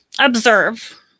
observe